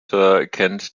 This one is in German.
kennt